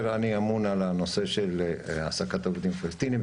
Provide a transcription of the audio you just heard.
אני אמון על הנושא של העסקת עובדים פלסטיניים,